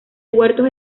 huertos